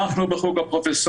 חבר הכנסת סעדי, בבקשה.